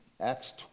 Acts